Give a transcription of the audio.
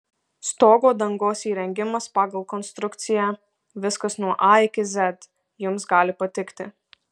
stogo dangos įrengimas pagal konstrukciją viskas nuo a iki z jums gali patikti